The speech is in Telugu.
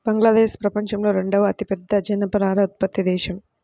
బంగ్లాదేశ్ ప్రపంచంలో రెండవ అతిపెద్ద జనపనార ఉత్పత్తి దేశం